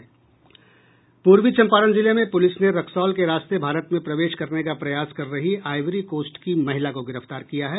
पूर्वी चम्पारण जिले में पुलिस ने रक्सौल के रास्ते भारत में प्रवेश करने का प्रयास कर रही आईवरी कोस्ट की महिला को गिरफ्तार किया है